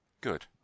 Good